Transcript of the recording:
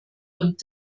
und